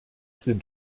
sind